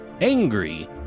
angry